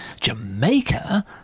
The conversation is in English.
Jamaica